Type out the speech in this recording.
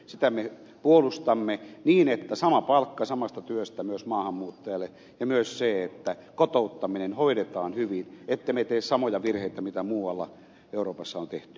sitä me puolustamme että sama palkka samasta työstä myös maahanmuuttajalle ja myös sitä että kotouttaminen hoidetaan hyvin ettemme tee samoja virheitä mitä muualla euroopassa on tehty